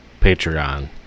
Patreon